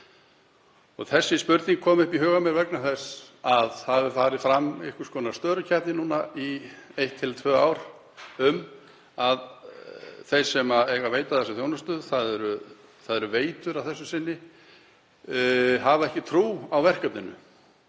Þessi spurning kom upp í huga mér vegna þess að fram hefur farið einhvers konar störukeppni nú í eitt til tvö ár þar sem þeir sem eiga að veita þessa þjónustu, það eru Veitur að þessu sinni, hafa ekki trú á verkefninu.